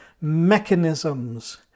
mechanisms